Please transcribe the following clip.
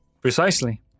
Precisely